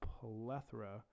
plethora